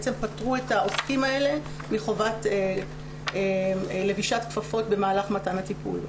פטרו את העוסקים האלה מחובת לבישת כפפות במהלך מתן הטיפול.